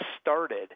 started